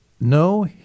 no